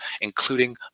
including